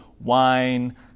wine